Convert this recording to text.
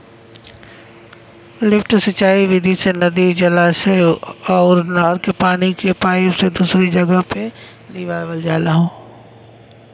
lift सिंचाई विधि से नदी, जलाशय अउर नहर के पानी के पाईप से दूसरी जगह पे लियावल जाला